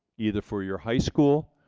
either for your high school,